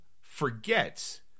forgets